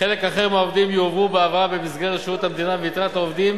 חלק אחר מהעובדים יועברו בהעברה במסגרת שירות המדינה ויתרת העובדים